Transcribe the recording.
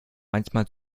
manchmal